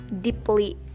deeply